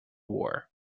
war